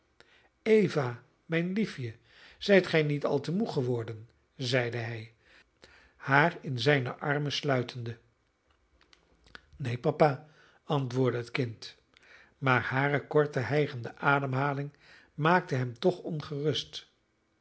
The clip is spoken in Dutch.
eva mijn liefje zijt gij niet al te moe geworden zeide hij haar in zijne armen sluitende neen papa antwoordde het kind maar hare korte hijgende ademhaling maakte hem toch ongerust